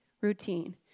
routine